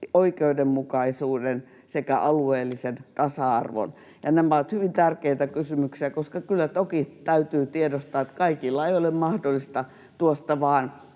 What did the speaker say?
oikeudenmukaisuuden sekä alueellisen tasa-arvon. Nämä ovat hyvin tärkeitä kysymyksiä, koska kyllä toki täytyy tiedostaa, että kaikilla ei ole mahdollisuutta tuosta vain